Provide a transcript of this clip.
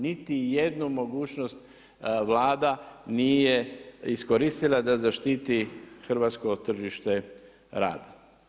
Niti jednu mogućnost Vlada nije iskoristila da zaštiti hrvatsko tržište rada.